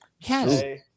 Yes